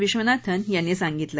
विश्वनाथन यांनी सांगितलं